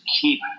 keep